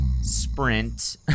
sprint